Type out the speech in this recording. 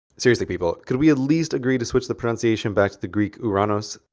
seriously people, could we at least agree to switch the pronunciation back to the greek oo-ron-ohs?